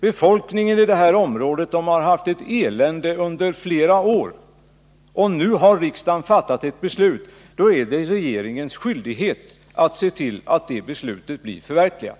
Befolkningen i området har haft ett elände under flera år, och när riksdagen nu har fattat ett beslut är det regeringens skyldighet att se till att det beslutet blir förverkligat.